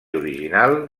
original